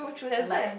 like